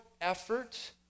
effort